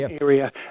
area